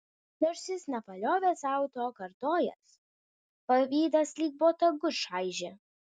nors jis nepaliovė sau to kartojęs pavydas lyg botagu čaižė